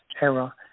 era